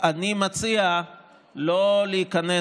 אני מציע שלא להיכנס